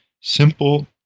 simple